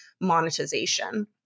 monetization